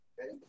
Okay